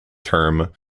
term